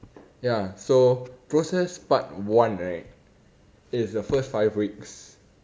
ya so process part one right is the first five weeks